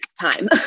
time